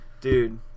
Dude